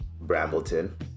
Brambleton